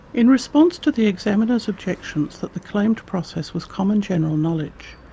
in response to the examiner's objections that the claimed process was common general knowledge,